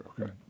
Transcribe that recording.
Okay